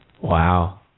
Wow